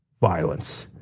violence.